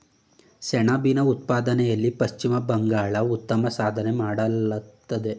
ಸೆಣಬಿನ ಉತ್ಪಾದನೆಯಲ್ಲಿ ಪಶ್ಚಿಮ ಬಂಗಾಳ ಉತ್ತಮ ಸಾಧನೆ ಮಾಡತ್ತದೆ